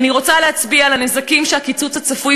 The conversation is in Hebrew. אני רוצה להצביע על הנזקים שהקיצוץ הצפוי,